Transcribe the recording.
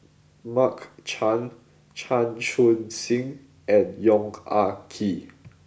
Mark Chan Chan Chun Sing and Yong Ah Kee